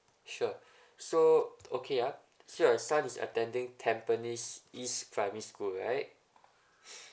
sure so okay ah so your son is attending tampines east primary school right